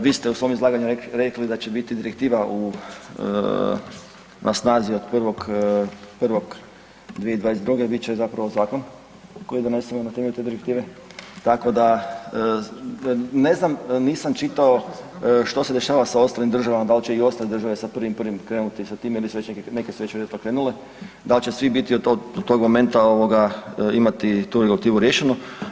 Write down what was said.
Vi ste u svom izlaganju rekli da će biti direktiva na snazi od 1.1.2022., bit će zapravo zakon koji je donesen na temelju te direktive, tako da ne znam nisam čitao što se dešava sa ostalim državama, da li će i ostale države sa 1.1. krenuti sa tim ili su neke, neke su već vjerojatno krenule, dal će svi biti od tog momenta imati tu regulativu riješenu.